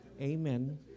Amen